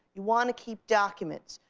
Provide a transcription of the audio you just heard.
you wanna keep documents.